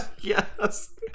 Yes